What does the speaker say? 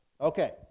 Okay